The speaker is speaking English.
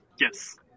Yes